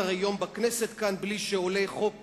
והרי אין כמעט יום בכנסת כאן בלי שעולה חוק כזה,